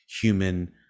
human